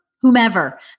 whomever